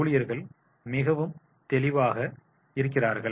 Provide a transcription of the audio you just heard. ஊழியர்கள் மிகவும் தெளிவாக இருக்கிறார்கள்